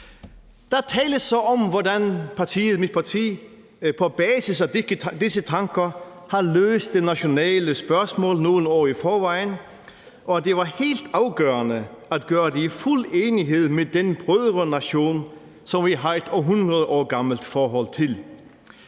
Der tales så om, hvordan mit parti på basis af disse tanker har løst det nationale spørgsmål nogle år i forvejen, og at det var helt afgørende at gøre det i fuld enighed med den brødrenation, som vi har et århundredgammelt forhold til.